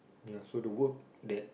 ya so to work that